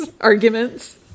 arguments